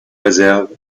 réserve